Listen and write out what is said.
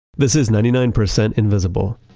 this is ninety nine percent invisible,